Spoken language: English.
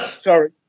Sorry